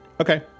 Okay